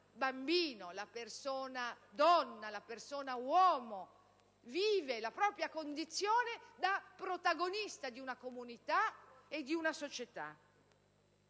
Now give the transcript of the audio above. persona-bambino, la persona-donna, la persona-uomo) vive la propria condizione da protagonista di una comunità e di una società.